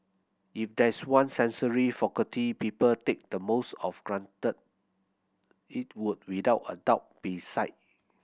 if there is one sensory faculty people take the most of granted it would without a doubt be sight